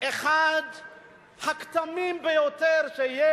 אחד הכתמים שיש